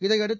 இதையடுத்து